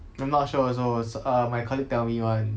I'm not sure also s~ err my colleague tell me one